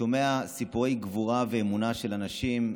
שומע סיפורי גבורה ואמונה של אנשים,